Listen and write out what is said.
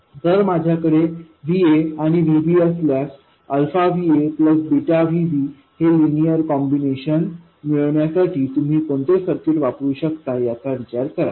जर माझ्याकडेVaआणिVbअसल्यास अल्फा Vaप्लस बीटा Vbहे लिनियर कॉम्बिनेशन मिळविण्यासाठी तुम्ही कोणते सर्किट वापरू शकता याचा विचार करा